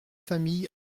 familles